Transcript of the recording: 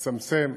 לצמצם,